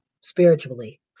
spiritually